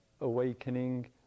awakening